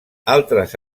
altres